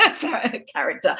character